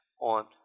on